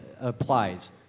applies